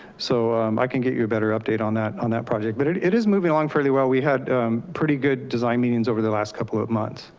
so um i can get you a better update on that on that project. but it it is moving along fairly well. we had pretty good design meetings over the last couple of months.